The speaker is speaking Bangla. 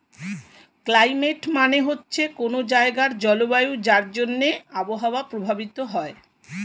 ক্লাইমেট মানে হচ্ছে কোনো জায়গার জলবায়ু যার জন্যে আবহাওয়া প্রভাবিত হয়